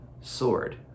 sword